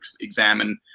examine